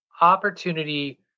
opportunity